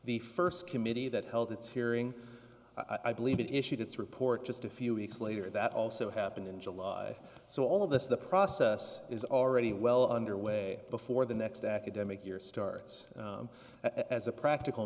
the first committee that held its hearing i believe it issued its report just a few weeks later that also happened in july so all of this the process is already well underway before the next academic year starts as a practical